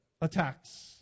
attacks